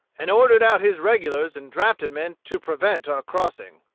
and ordered out his regulars and drafted men to prevent our crossing.